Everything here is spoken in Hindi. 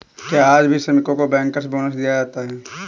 क्या आज भी श्रमिकों को बैंकर्स बोनस दिया जाता है?